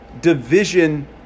division